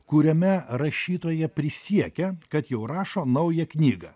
kuriame rašytoja prisiekia kad jau rašo naują knygą